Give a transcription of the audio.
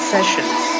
Sessions